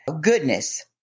goodness